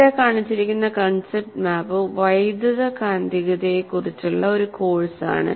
ഇവിടെ കാണിച്ചിരിക്കുന്ന concept map വൈദ്യുതകാന്തികതയെക്കുറിച്ചുള്ള ഒരു കോഴ്സാണ്